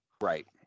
Right